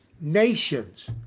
nations